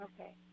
Okay